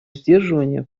сдерживания